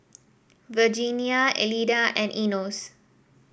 Virginia Elida and Enos